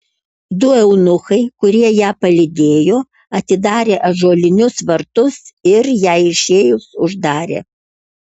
du eunuchai kurie ją palydėjo atidarė ąžuolinius vartus ir jai išėjus uždarė